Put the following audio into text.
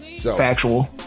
Factual